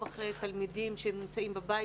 גם מבחינה רגשית אחרי תלמידים שנמצאים בבית?